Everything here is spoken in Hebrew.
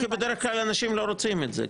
כי בדרך-כלל אנשים לא רוצים את זה.